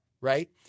right